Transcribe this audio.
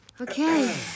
Okay